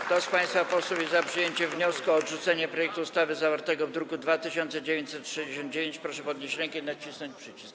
Kto z państwa posłów jest za przyjęciem wniosku o odrzucenie projektu ustawy zawartego w druku nr 2969, proszę podnieść rękę i nacisnąć przycisk.